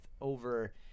over